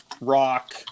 rock